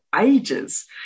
ages